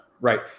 right